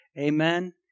Amen